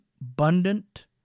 abundant